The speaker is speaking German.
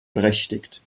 berechtigt